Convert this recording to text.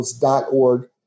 org